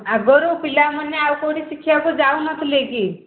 ଆଗରୁ ପିଲାମାନେ ଆଉ କେଉଁଠି ଶିଖିବାକୁ ଯାଉନଥିଲେ କି